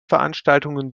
veranstaltungen